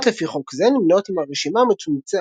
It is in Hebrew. עבירות לפי חוק זה נמנות עם הרשימה המצומצמת